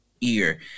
ear